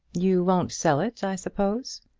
you won't sell it, i suppose?